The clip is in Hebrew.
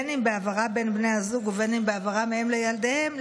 אם בהעברה בין בני הזוג ואם בהעברה מהם לילדיהם,